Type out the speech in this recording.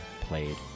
played